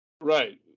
right